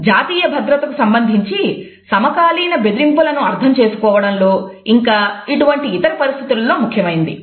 అదేవిధంగా జాతీయ భద్రత కు సంబంధించి సమకాలీన బెదిరింపులను అర్థం చేసుకోవడంలో ఇంకా ఇటువంటి ఇతర పరిస్థితులలో ముఖ్యమైనది